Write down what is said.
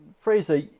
Fraser